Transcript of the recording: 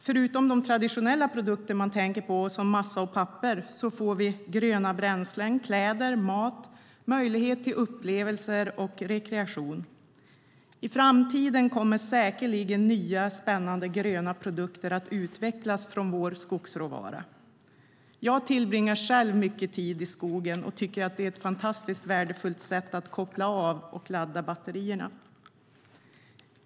Förutom de traditionella produkter man tänker på som massa och papper får vi gröna bränslen, kläder, mat, möjlighet till upplevelser och rekreation. I framtiden kommer säkerligen nya spännande gröna produkter att utvecklas från vår skogsråvara. Jag tillbringar själv mycket tid i skogen och tycker att det är ett fantastiskt värdefullt sätt att koppla av och ladda batterierna.